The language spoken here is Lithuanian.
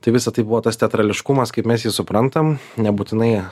tai visa tai buvo tas teatrališkumas kaip mes jį suprantam nebūtinai